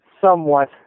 somewhat